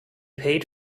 paid